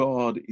God